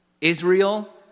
Israel